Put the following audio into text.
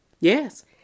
Yes